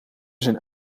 zijn